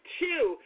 two